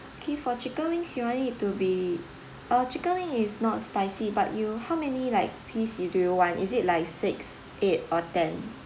okay for chicken wings you all need to be uh chicken wing is not spicy but you how many like piece do you want is it like six eight or ten